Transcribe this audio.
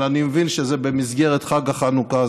אבל אני מבין שזה במסגרת חג החנוכה,